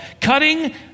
cutting